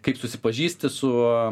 kaip susipažįsti su